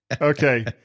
Okay